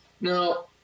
Now